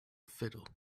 fiddle